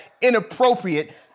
inappropriate